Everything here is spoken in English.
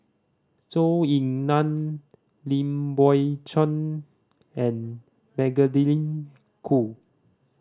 Zhou Ying Nan Lim Biow Chuan and Magdalene Khoo